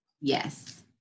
Yes